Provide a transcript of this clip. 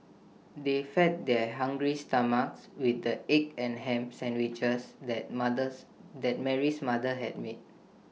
they fed their hungry stomachs with the egg and Ham Sandwiches that mothers that Mary's mother had made